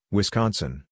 Wisconsin